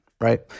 right